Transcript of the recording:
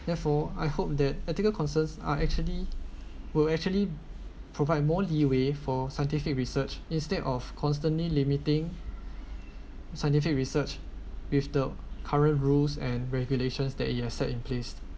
therefore I hope that ethical concerns are actually will actually provide more leeway for scientific research instead of constantly limiting scientific research with the current rules and regulations that you accept in place